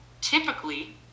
typically